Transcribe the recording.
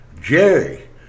Jerry